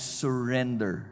surrender